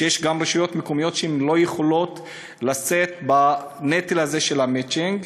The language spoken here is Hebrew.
ויש גם רשויות מקומיות שלא יכולות לשאת בנטל הזה של המצ'ינג.